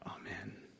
Amen